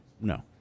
No